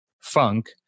Funk